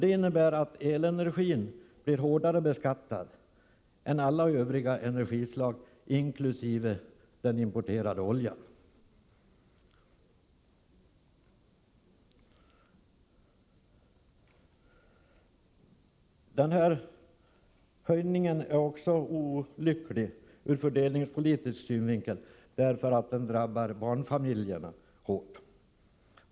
Det innebär att elenergin blir hårdare beskattad än alla övriga energislag inkl. den importerade oljan. Höjningen är också olycklig ur fördelningspolitisk synvinkel därför att den drabbar barnfamiljerna hårt.